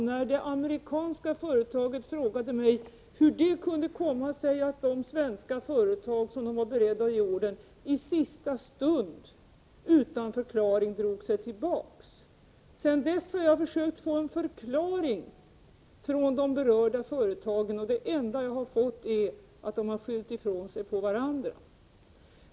Från det amerikanska företaget frågade man mig hur det kunde komma sig att de svenska företag som man var beredd att ge ordern till i sista stund, utan förklaring, drog sig tillbaka. Sedan dess har jag försökt få en förklaring från de berörda företagen. Men det enda som har hänt är att de har skyllt ifrån sig på varandra.